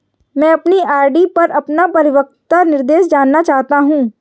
मैं अपनी आर.डी पर अपना परिपक्वता निर्देश जानना चाहता हूँ